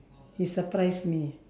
he surprise me